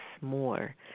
more